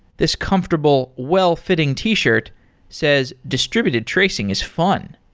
this comfortable, well-fitting t-shirt says, distributed tracing is fun,